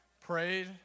prayed